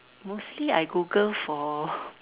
mostly I Google for